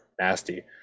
nasty